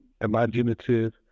Imaginative